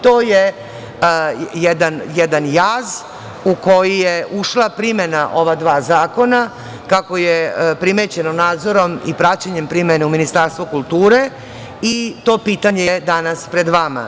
To je jedan jaz u koji je ušla primena ova dva zakona, kako je primećeno nadzorom i praćenjem primene u Ministarstvu kulture i to pitanje je danas pred vama.